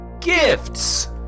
Gifts